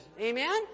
Amen